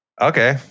Okay